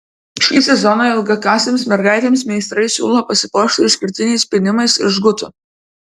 šį sezoną ilgakasėms mergaitėms meistrai siūlo pasipuošti išskirtiniais pynimais iš žgutų